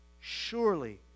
Surely